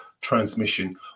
transmission